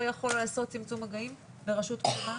יכול לעשות צמצום מגעים ברשות כתומה?